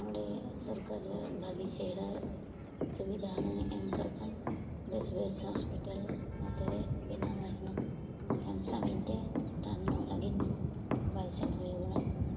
ᱱᱚᱰᱮ ᱥᱚᱨᱠᱟᱹᱨᱤ ᱨᱮ ᱵᱷᱟᱹᱜᱤ ᱪᱮᱨᱦᱟ ᱥᱩᱵᱤᱫᱟ ᱦᱩᱱᱟᱹᱝ ᱮᱢ ᱠᱚᱜ ᱠᱷᱟᱱ ᱵᱮᱥ ᱵᱮᱥ ᱦᱚᱥᱯᱴᱟᱞ ᱱᱚᱛᱮ ᱵᱮᱱᱟᱭᱟ ᱦᱩᱱᱟᱹᱝ ᱮᱱᱠᱷᱟᱱ ᱥᱟᱹᱜᱤᱧ ᱛᱮ ᱨᱟᱱᱚᱜ ᱞᱟᱹᱜᱤᱫ ᱵᱟᱭ ᱥᱮᱱ ᱦᱩᱭ ᱟᱵᱚᱱᱟ